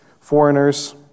foreigners